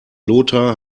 lothar